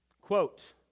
Quote